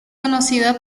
conocida